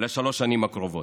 לשלוש השנים הקרובות.